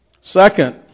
Second